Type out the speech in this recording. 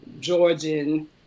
georgian